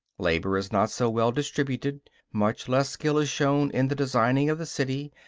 labor is not so well distributed much less skill is shown in the designing of the city,